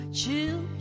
chill